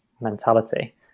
mentality